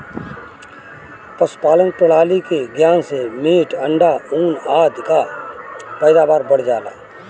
पशुपालन प्रणाली के ज्ञान से मीट, अंडा, ऊन आदि कअ पैदावार बढ़ जाला